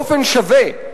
באופן שווה,